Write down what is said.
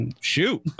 shoot